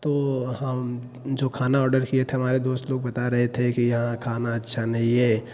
तो हम जो खाना ऑर्डर किए थे हमारे दोस्त लोग बता रहे थे कि यहाँ खाना अच्छा नहीं है